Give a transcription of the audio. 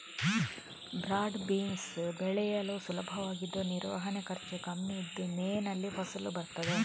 broad beans ಬೆಳೆಯಲು ಸುಲಭವಾಗಿದ್ದು ನಿರ್ವಹಣೆ ಖರ್ಚು ಕಮ್ಮಿ ಇದ್ದು ಮೇನಲ್ಲಿ ಫಸಲು ಬರ್ತದೆ